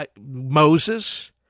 Moses—